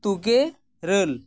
ᱛᱩᱜᱮ ᱤᱨᱟᱹᱞ